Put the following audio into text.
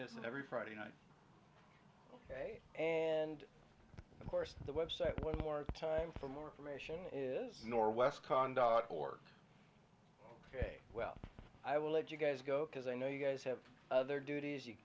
is every friday night ok and of course the web site one more time for more information is norwest con dot org ok well i will let you guys go because i know you guys have other duties you